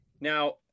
Now